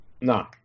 No